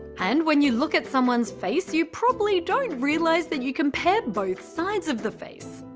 and when you look at someone's face, you probably don't realise that you compare both sides of the face.